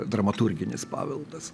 dramaturginis paveldas